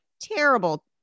terrible